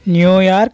New York